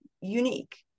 unique